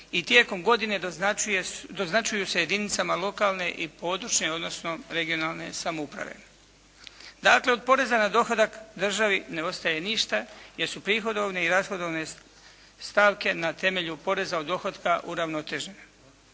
i tijekom godine doznačuju se jedinicama lokalne i područne odnosno regionalne samouprave. Dakle, od poreza na dohodak državi ne ostaje ništa jer su prihodovne i rashodovne stavke na temelju poreza od dohotka uravnotežene.